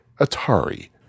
atari